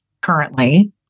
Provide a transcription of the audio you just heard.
currently